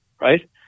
right